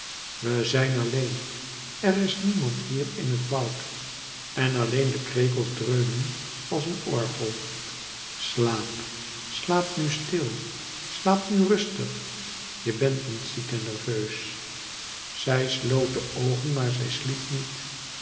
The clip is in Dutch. we zijn alleen eris niemand hier in het woud en alleen de krekels dreunen als een orgel slaap slaap nu stil slaap nu rustig je bent niet ziek en nerveus zij sloot de oogen maar zij sliep niet